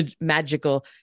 magical